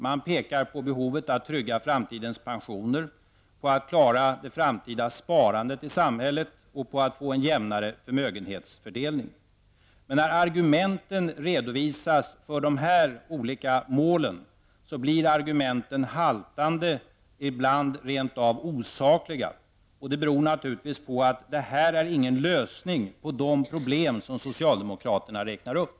Man pekar på behovet av att trygga framtidens pensioner, på att klara det framtida sparandet i samhället och på att få en jämnare förmögenhetsfördelning. Men när argumenten för de här olika målen redovisas så blir de haltande, ibland rent av osakliga och det beror naturligtvis på att detta inte är någon lösning på de problem som socialdemokraterna räknar upp.